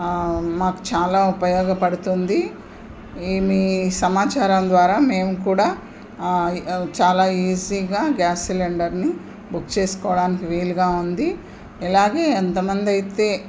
మాకు చాలా ఉపయోగపడుతుంది ఈ మీ సమాచారం ద్వారా మేము కూడా చాలా ఈజీగా గ్యాస్ సిలిండర్ని బుక్ చేసుకోవడానికి వీలుగా ఉంది ఇలాగే ఎంతమందైతే